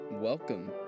Welcome